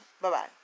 Bye-bye